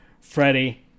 Freddie